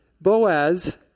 Boaz